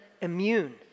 immune